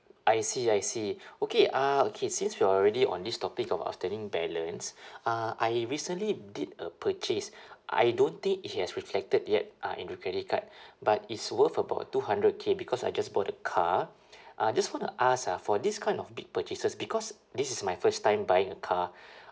I see I see okay uh okay since we're already on this topic of outstanding balance uh I recently did a purchase I don't think it has reflected yet uh into credit card but it's worth about two hundred K because I just bought a car uh just wanna ask ah for this kind of big purchases because this is my first time buying a car